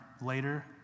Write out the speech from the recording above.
later